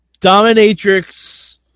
dominatrix